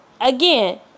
again